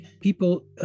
people